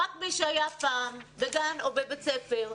רק מי שהיה פעם בגן או בבית ספר,